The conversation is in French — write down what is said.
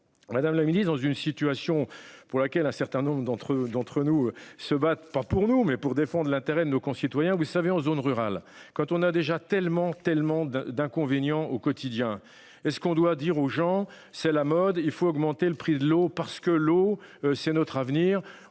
Madame la ministre, dans une situation pour laquelle un certain nombre d'entre eux d'entre nous se battent pas pour nous mais pour défendre l'intérêt de nos concitoyens. Vous savez en zone rurale. Quand on a déjà tellement, tellement de, d'inconvénients au quotidien et ce qu'on doit dire aux gens, c'est la mode, il faut augmenter le prix de l'eau parce que l'eau c'est notre avenir.